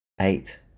eight